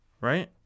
Right